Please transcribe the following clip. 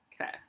Okay